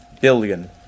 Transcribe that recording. billion